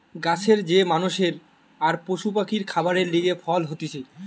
গাছের যে মানষের আর পশু পাখির খাবারের লিগে ফল হতিছে